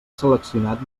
seleccionat